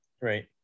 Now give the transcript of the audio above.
right